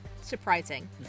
surprising